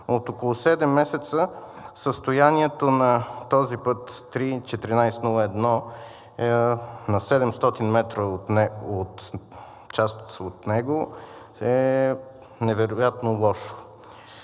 От около седем месеца състоянието на този път III-1401 – 700 метра, част от него, е невероятно лошо.